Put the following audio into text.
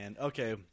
Okay